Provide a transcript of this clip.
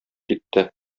китте